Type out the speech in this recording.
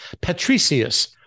Patricius